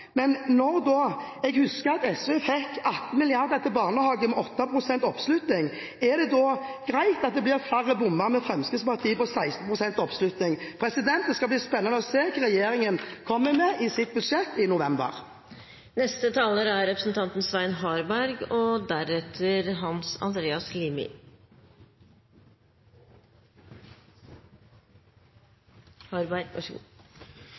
Men da SV, husker jeg, fikk 18 mrd. kr til barnehage med 8 pst. oppslutning, er det da greit at det blir flere bommer med Fremskrittspartiet med 16 pst. oppslutning? Det skal bli spennende å se hva regjeringen kommer med i sitt budsjett i november. Et gjennomgående tema i innleggene i denne debatten er